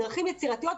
בדרכים יצירתיות,